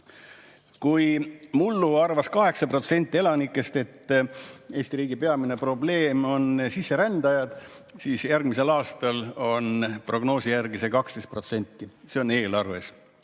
Kui mullu arvas 8% elanikest, et Eesti riigi peamine probleem on sisserändajad, siis järgmisel aastal on prognoosi järgi neid 12%. See on kirjas